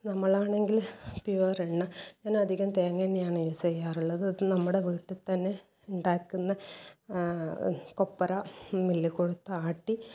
നമ്മളാണെങ്കിൽ പ്യൂർ എണ്ണ ഞാനധികം തേങ്ങ എണ്ണയാണ് യൂസ് ചെയ്യാറുള്ളത് അത് നമ്മുടെ വീട്ടിൽ തന്നെ ഉണ്ടാക്കുന്ന കൊപ്ര മില്ലിൽ കൊടുത്ത് ആട്ടി